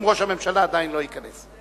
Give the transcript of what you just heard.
אם ראש הממשלה עדיין לא ייכנס.